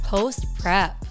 Post-prep